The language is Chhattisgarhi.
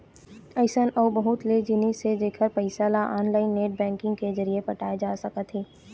अइसन अउ बहुत ले जिनिस हे जेखर पइसा ल ऑनलाईन नेट बैंकिंग के जरिए पटाए जा सकत हे